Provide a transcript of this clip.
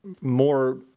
more